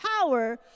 power